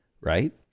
right